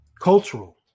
cultural